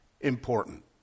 important